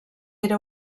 era